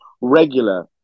regular